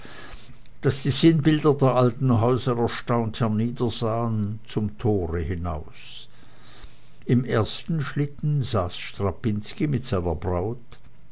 daß die sinnbilder der alten häuser erstaunt herniedersahen und zum tore hinaus im ersten schlitten saß strapinski mit seiner braut